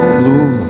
blue